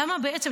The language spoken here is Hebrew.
למה בעצם,